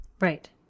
right